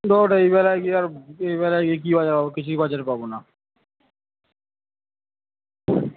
ধোর এই বেলায় কি আর এই বেলায় গিয়ে কী বাজার পাবো কিছুই বাজার পাবো না